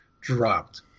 dropped